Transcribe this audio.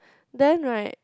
then right